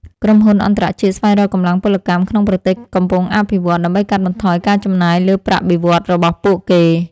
ក្រុមហ៊ុនអន្តរជាតិស្វែងរកកម្លាំងពលកម្មក្នុងប្រទេសកំពុងអភិវឌ្ឍន៍ ដើម្បីកាត់បន្ថយការចំណាយលើប្រាក់បៀវត្សរ៍របស់ពួកគេ។